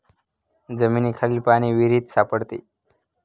जमिनीखालील पाणी विहिरीत सापडते